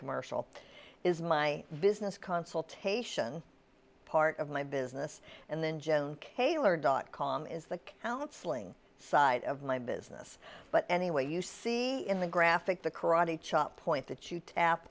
commercial is my business consultation part of my business and then jen kaylor dot com is the counseling side of my business but anyway you see in the graphic the karate chop point that you tap